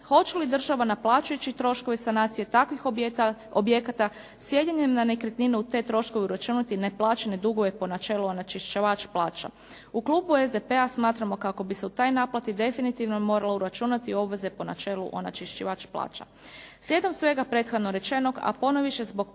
Hoće li država naplaćujući troškove sanacije takvih objekata, sjedinjen na nekretnine, u te troškove uračunati neplaćene dugove po načelu onečišćivač plaća? U klubu SDP-a smatramo kako bi se u toj naplati definitivno morale uračunati obveze po načelu onečišćivač plaća. Slijedom svega prethodno rečenog, a ponajviše zbog po nama